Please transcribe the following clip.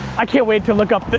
i can't wait to look up,